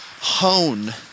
hone